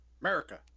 America